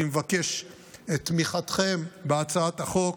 אני מבקש את תמיכתכם בהצעת החוק.